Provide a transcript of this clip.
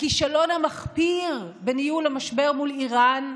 הכישלון המחפיר בניהול המשבר מול איראן,